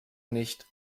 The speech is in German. nicht